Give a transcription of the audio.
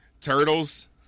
Turtles